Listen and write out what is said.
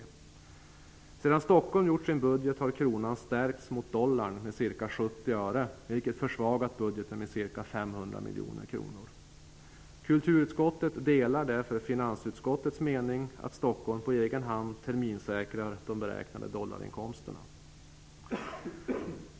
Sedan Stockholm gjorde sin budget har kronan stärkts gentemot dollarn med ca 70 öre, vilket försvagat budgeten med ca 500 miljoner kronor. Kultututskottet delar därför finansutskottets mening att Stockholm på egen hand skall terminsäkra de beräknade dollarinkomsterna.